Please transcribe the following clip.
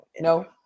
No